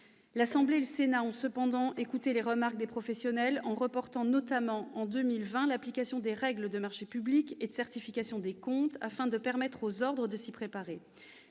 nationale et le Sénat ont toutefois écouté les remarques des professionnels, notamment en reportant à 2020 l'application des règles de marchés publics et de certification des comptes, afin de permettre aux ordres de s'y préparer.